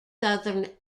southern